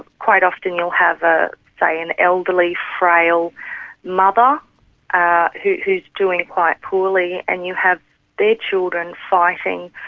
quite often you'll have a, say an elderly, frail mother ah who's doing quite poorly, and you have their children fighting.